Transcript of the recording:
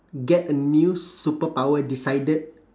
get a new superpower decided